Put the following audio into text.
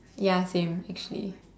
ya same with me